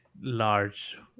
large